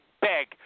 beg